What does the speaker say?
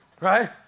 Right